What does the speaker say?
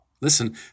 Listen